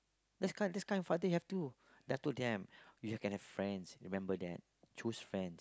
that's kind that's kind father you have to then I told them you can have friends remember that choose friends